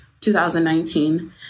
2019